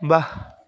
ৱাহ